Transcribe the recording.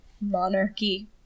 monarchy